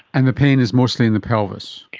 and the pain is mostly in the pelvis?